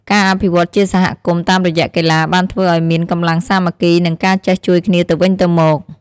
ការអភិវឌ្ឍជាសហគមន៍តាមរយៈកីឡាបានធ្វើឲ្យមានកម្លាំងសាមគ្គីនិងការចេះជួយគ្នាទៅវិញទៅមក។